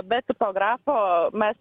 be tipografo mes